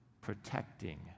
protecting